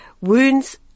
wounds